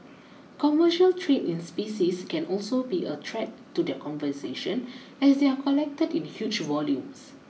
commercial trade in species can also be a threat to their conversation as they are collected in huge volumes